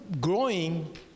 growing